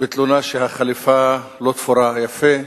בתלונה שהחליפה לא תפורה יפה.